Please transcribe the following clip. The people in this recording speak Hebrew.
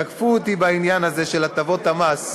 כי לאחרונה תקפו אותי בעניין הזה של הטבות המס.